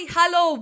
Hello